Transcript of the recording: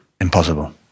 Impossible